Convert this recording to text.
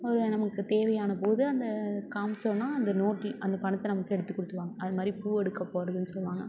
ஒரு நமக்குத் தேவையான போது அந்த காமிச்சோன்னா அந்த நோட்டில் அந்த பணத்தை நமக்கு எடுத்து கொடுத்துடுவாங்க அது மாதிரி பூ எடுக்க போகறதுன்னு சொல்லுவாங்க